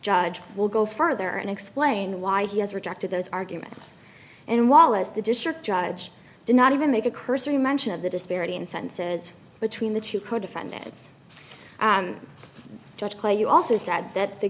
judge will go further and explain why he has rejected those arguments and wallace the district judge did not even make a cursory mention of the disparity in sentences between the two co defendants judge clay you also said that the